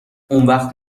اونوقت